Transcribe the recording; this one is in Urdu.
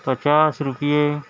پچاس روپیے